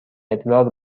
ادرار